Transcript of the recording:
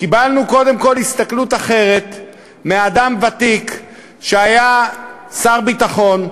קיבלנו קודם כול הסתכלות אחרת מאדם ותיק שהיה שר ביטחון,